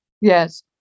yes